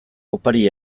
opari